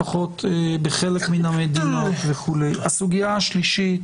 לפחות בחלק מן המדינות; הסוגיה השלישית